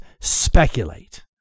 speculate